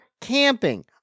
Camping